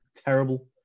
terrible